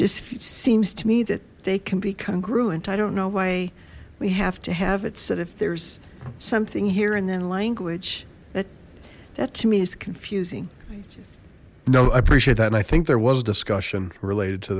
just seems to me that they can be congruent i don't know why we have to have it's that if there's something here and then language that that to me is confusing no i appreciate that and i think there was a discussion related to